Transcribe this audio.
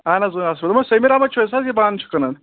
اہَن حظ سُے دوٚپمو سٔمیٖر احمد چھو یُس نا یہِ بانہٕ وانہٕ چھُ کٕنَان